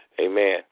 amen